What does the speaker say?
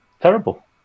terrible